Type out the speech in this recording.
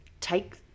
take